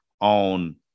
on